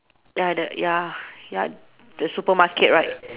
ya the ya ya the supermarket right